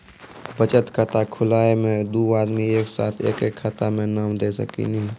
बचत खाता खुलाए मे दू आदमी एक साथ एके खाता मे नाम दे सकी नी?